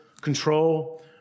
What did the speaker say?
control